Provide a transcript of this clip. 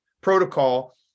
protocol